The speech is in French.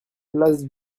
place